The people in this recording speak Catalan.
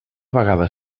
vegada